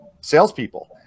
salespeople